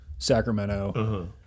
Sacramento